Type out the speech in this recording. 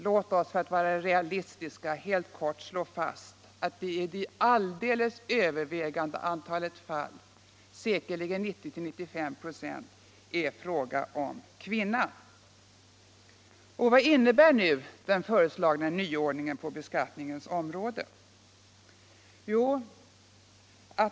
Låt oss för att vara realistiska helt kort slå fast att ”den medhjälpande maken” i det alldeles övervägande antalet fall, säkerligen 90-95 "., är kvinnan i familjen. Vad innebär nu den föreslagna nyordningen på beskattningens område?